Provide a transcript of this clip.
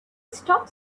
stop